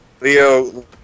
Leo